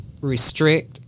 restrict